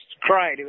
cried